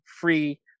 free